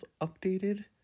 updated